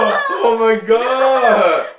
[oh]-my-god